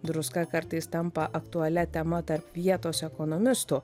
druska kartais tampa aktualia tema tarp vietos ekonomistų